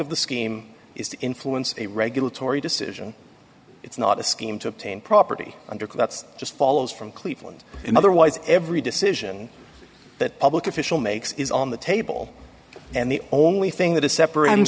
of the scheme is to influence a regulatory decision it's not a scheme to obtain property under that's just follows from cleveland otherwise every decision that public official makes is on the table and the only thing that is separate